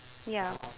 ya